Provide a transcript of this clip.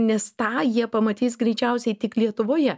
nes tą jie pamatys greičiausiai tik lietuvoje